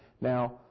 Now